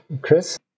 Chris